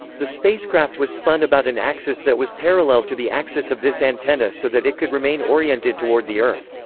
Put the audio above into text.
the spacecraft was spun about an axis that was parallel to the axis of this antenna so that it could remain oriented toward the earth.